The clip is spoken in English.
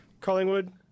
Collingwood